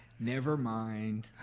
never mind.